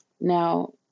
Now